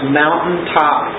mountaintop